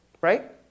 right